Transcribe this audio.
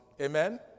Amen